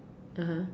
(uh huh)